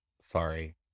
sorry